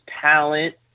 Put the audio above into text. talent